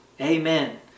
Amen